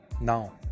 now